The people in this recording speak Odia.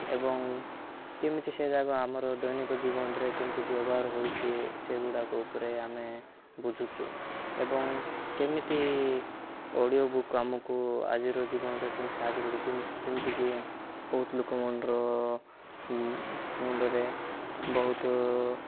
ଏବଂ କେମିତି ସେଇଯାକ ଆମର ଦୈନିକ ଜୀବନରେ କେମିତି ବ୍ୟବହାର ହେଉଛି ସେଇଗୁଡ଼ାକ ଉପରେ ଆମେ ବୁଝୁଛୁ ଏବଂ କେମିତି ଅଡ଼ିଓ ବୁକ୍ ଆମକୁ ଆଜିର ଜୀବନରେ କେମିତି ସାହାଯ୍ୟ କରୁଛି କେମିତି ଯେମିତିକି ବହୁତ ଲୋକ ମୁଣ୍ଡର ମୁଣ୍ଡରେ ବହୁତ